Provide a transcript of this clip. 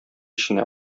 эченә